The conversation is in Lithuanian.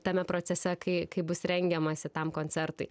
tame procese kai kai bus rengiamasi tam koncertui